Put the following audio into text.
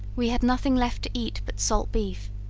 we had nothing left to eat but salt beef,